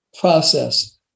process